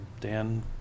Dan